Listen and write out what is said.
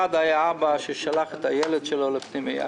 אבא ששלח את הילד שלו לפנימייה